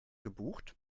gebucht